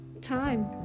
time